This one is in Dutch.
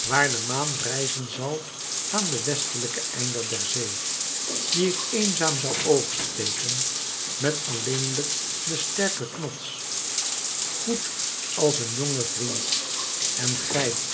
waar de maan rijzen zal aan den westelijken einder der zee die ik eenzaam zal oversteken met alleenlijk den sterken knots goed als een jonge vriend en gij